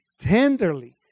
tenderly